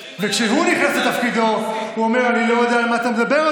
כשהוא נכנס לתפקידו הוא אמר: אני לא יודע על מה אתה מדבר,